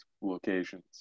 locations